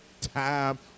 time